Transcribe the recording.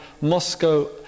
Moscow